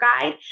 guide